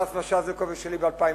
של סטס מיסז'ניקוב ושלי מ-2007.